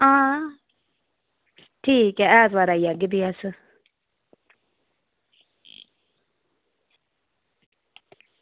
आं ठीक ऐ भी ऐतवार आई जाह्गे अस